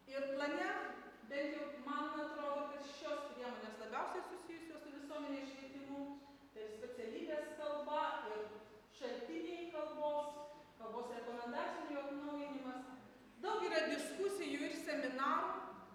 ir plane bent jau man atrodo kad šios priemonės labiausiai susijusios su visuomenės švietimu specialybės kalba ir šaltiniai kalbos kalbos rekomendacijų atnaujinimas daug yra diskusijų ir seminarų